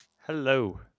Hello